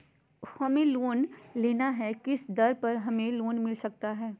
हमें लोन लेना है किस दर पर हमें लोन मिलता सकता है?